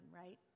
right